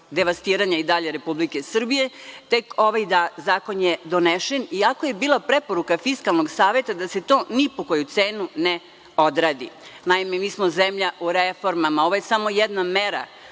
devastiranja i dalje Republike Srbije? Zakon je donesen, iako je bila preporuka Fiskalnog saveta da se to ni po koju cenu ne odradi. Naime, mi smo zemlja u reformama. Ovo je samo jedna mera